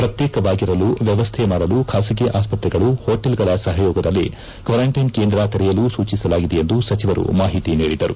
ಪ್ರತ್ಯೇಕವಾಗಿರಲು ವ್ಯವಸ್ಥೆ ಮಾಡಲು ಖಾಸಗಿ ಆಸ್ಪತ್ರೆಗಳು ಹೋಟೆಲ್ಗಳ ಸಹಯೋಗದಲ್ಲಿ ಕ್ವಾರಂಟೈನ್ ಕೇಂದ್ರ ತೆರೆಯಲು ಸೂಚಿಸಲಾಗಿದೆ ಎಂದು ಸಚಿವರು ಮಾಹಿತಿ ನೀಡಿದರು